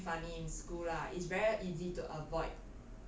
do something funny in school lah it's very easy to avoid